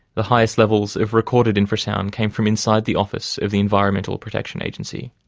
the highest levels of recorded infrasound came from inside the office of the environmental protection agency.